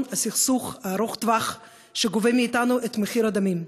הסכסוך ארוך הטווח שגובה מאתנו את מחיר הדמים.